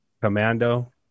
commando